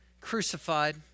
crucified